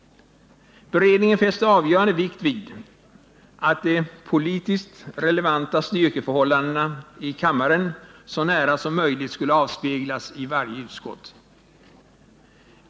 Beredningen fäste för sin del avgörande vikt vid att de politiskt relevanta styrkeförhållandena i kammaren så nära som möjligt skulle avspeglas i varje utskott.